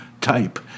type